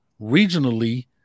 regionally